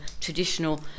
traditional